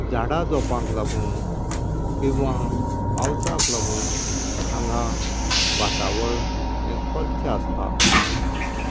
झाडां झोपांक लागून किंवां पावसाक लागून हांगा वातावरण हे स्वच्छ आसता